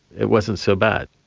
it wasn't so bad.